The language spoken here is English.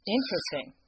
Interesting